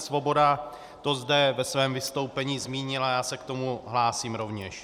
Svoboda to zde ve svém vystoupení zmínil, a já se k tomu hlásím rovněž.